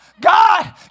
God